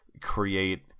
create